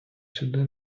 сюди